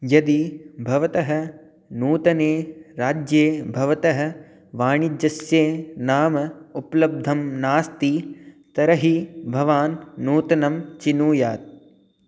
यदि भवतः नूतने राज्ये भवतः वाणिज्यस्य नाम उपलब्धिं नास्ति तर्हि भवान् नूतनं चिनुयात्